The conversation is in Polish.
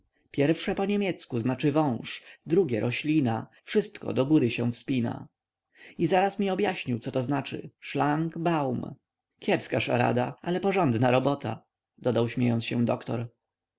pierwsze po niemiecku znaczy wąż drugie roślina wszystko do góry się wspina i zaraz mi objaśnił że to znaczy szlang-baum kiepska szarada ale porządna robota dodał śmiejąc się doktor